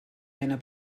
einer